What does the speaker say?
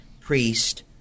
priest